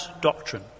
doctrine